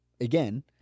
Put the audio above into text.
again